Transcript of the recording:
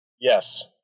Yes